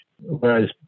whereas